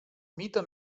mite